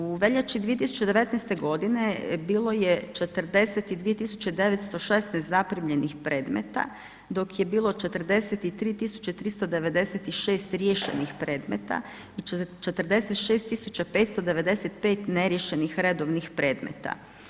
U veljači 2019. g. bilo je 42 916 zaprimljenih predmeta, dok je bilo 43 396 riješenih predmeta i 46 595 neriješenih redovnih predmeta.